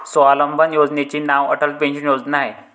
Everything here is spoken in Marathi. स्वावलंबन योजनेचे नाव अटल पेन्शन योजना आहे